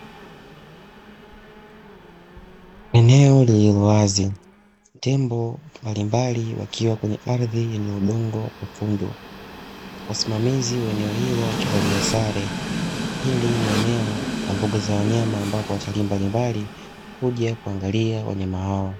Eneo lenye wazi. Tembo mbalimbali wakiwa kwenye ardhi yenye udongo mwekundu. Wasimamizi wa eneo hilo wakivalia sare. Hili ni eneo la mbuga za wanyama, ambalo watalii mbalimbali huja kuangalia wanyama hao.